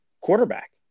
quarterback